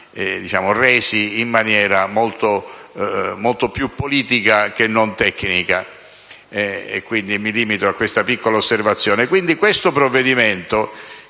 stati resi in maniera molto più politica che non tecnica (mi limito a questa piccola osservazione). Quindi questo provvedimento,